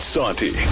Santi